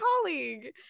colleague